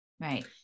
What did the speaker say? Right